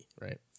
right